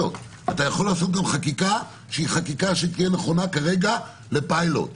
אתה יכול לעשות חקיקה שתהיה נכונה כרגע לפילוט,